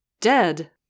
dead